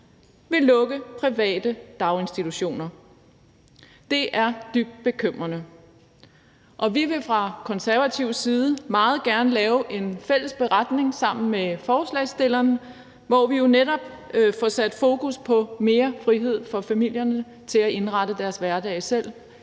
vil lukke private daginstitutioner. Det er dybt bekymrende. Vi vil fra konservativ side meget gerne lave en fælles beretning sammen med forslagsstillerne, hvor vi netop får sat fokus på mere frihed for familierne til selv at indrette deres hverdag.